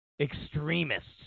extremists